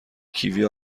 کیوی